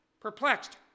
Perplexed